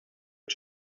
are